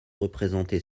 représentées